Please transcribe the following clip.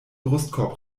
brustkorb